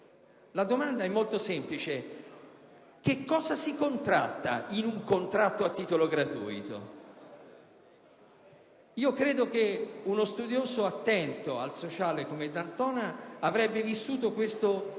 La domanda è molto semplice: che cosa si contratta in un contratto a titolo gratuito? Credo che uno studioso attento al sociale come D'Antona avrebbe vissuto questo